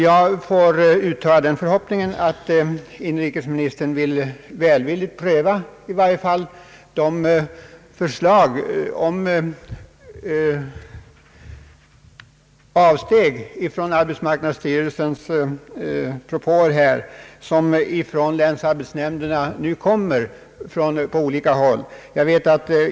Jag vill uttala den förhoppningen att inrikesministern välvilligt skall pröva de förslag till avsteg från arbetsmarknadsstyrelsens propåer som kommer att framställas från olika länsarbetsnämnder.